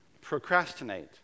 procrastinate